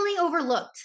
overlooked